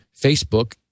Facebook